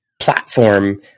platform